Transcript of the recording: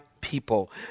people